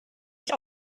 sich